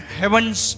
heavens